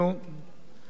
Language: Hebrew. העולם נברא,